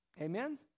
Amen